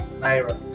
naira